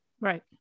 Right